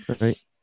right